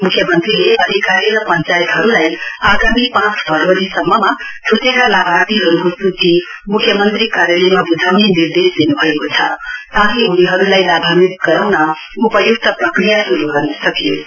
मुख्यमन्त्रीले अधिकारी र पश्चायतहरुलाई आगामी पाँच फरवरी सम्ममा छुटेका लाभार्थीहरुको सूची मुख्यमन्त्री कार्यालयमा वुझाउने निर्देश दिनुभएको छ ताकि उनीहरुलाई लाभान्वित गराउन उपयुक्त प्रक्रिया शुरु गर्न सकियोस्